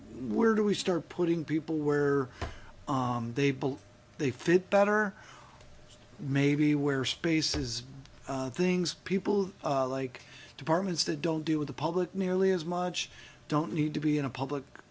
we're do we start putting people where they believe they fit better maybe where space is things people like departments that don't deal with the public nearly as much don't need to be in a public